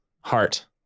heart